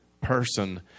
person